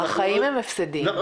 החיים הם הפסדיים.